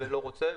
ולא רוצה,